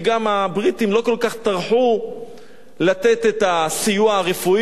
כי גם הבריטים לא כל כך טרחו לתת את הסיוע הרפואי,